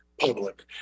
public